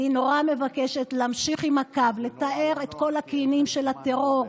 אני מאוד מבקשת להמשיך עם הקו ולטהר את כל הקינים של הטרור.